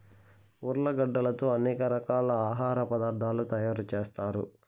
ఉర్లగడ్డలతో అనేక రకాల ఆహార పదార్థాలు తయారు చేత్తారు